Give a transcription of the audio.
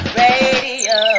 radio